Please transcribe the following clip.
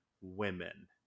women